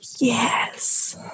Yes